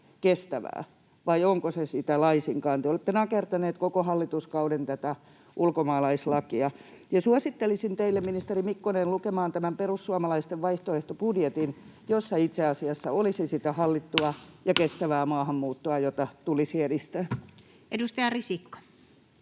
Vai onko se sitä laisinkaan? Te olette nakertaneet koko hallituskauden tätä ulkomaalaislakia. Suosittelisin teitä, ministeri Mikkonen, lukemaan tämän perussuomalaisten vaihtoehtobudjetin, jossa itse asiassa olisi sitä hallittua ja kestävää maahanmuuttoa, jota tulisi edistää. [Speech 40]